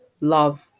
love